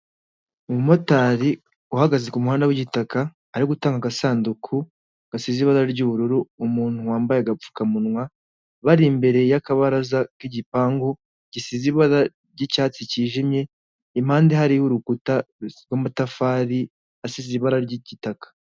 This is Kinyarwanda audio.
Umumotari uhagaze ku muhanda w'igitaka, ari gutanga agasanduku gasize ibara ry'ubururu, umuntu wambaye agapfukamunwa bari imbere y'akabaraza k'igipangu gisize ibara ry'icyatsi kijimye, impande hariho urukuta rw'amatafari asize ibara ry'igitaka.